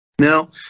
Now